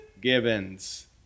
Gibbons